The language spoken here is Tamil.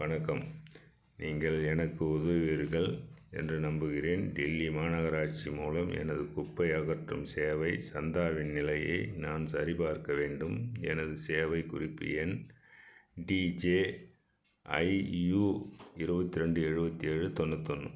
வணக்கம் நீங்கள் எனக்கு உதவுவீர்கள் என்று நம்புகிறேன் டெல்லி மாநகராட்சி மூலம் எனது குப்பை அகற்றும் சேவை சந்தாவின் நிலையை நான் சரிபார்க்க வேண்டும் எனது சேவைக் குறிப்பு எண் டிஜேஐயூ இருபத்தி ரெண்டு எழுபத்தி ஏழு தொண்ணூற்றி ஒன்று